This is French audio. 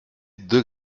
deux